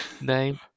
Name